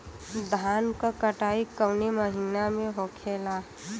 धान क कटाई कवने महीना में होखेला?